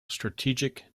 strategic